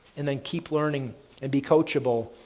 and then, keep learning and be coachable,